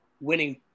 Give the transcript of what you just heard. winning